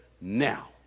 now